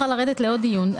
היא צריכה לרדת לעוד דיון.